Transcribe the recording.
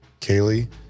Kaylee